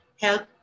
help